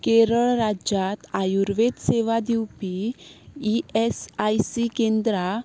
केरळ राज्यांत आयुर्वेद सेवा दिवपी ई एस आय सी केंद्रां